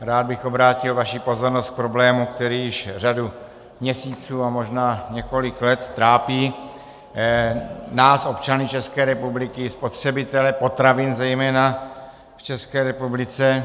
Rád bych obrátil vaši pozornost k problému, který již řadu měsíců a možná několik let trápí nás, občany České republiky, spotřebitele potravin zejména v České republice.